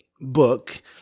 book